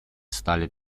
стали